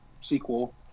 sequel